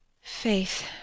Faith